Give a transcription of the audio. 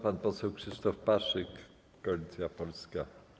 Pan poseł Krzysztof Paszyk, Koalicja Polska.